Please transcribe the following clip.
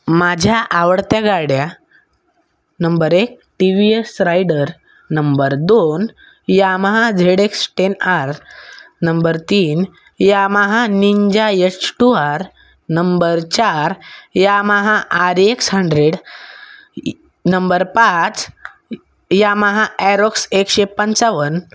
माझ्या आवडत्या गाड्या नंबर एक T V S Raider number दोन Yamaha Z X ten R number तीन Yamaha Ninja H two R number चार Yamaha RX hundred E number पाच यामाहा ॲरोक्स एकशे पंचावन